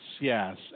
yes